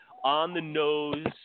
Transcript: on-the-nose